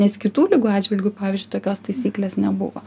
nes kitų ligų atžvilgiu pavyzdžiui tokios taisyklės nebuvo